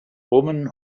woman